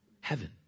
Heaven